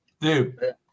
dude